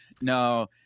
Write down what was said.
no